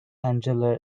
angular